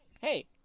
hey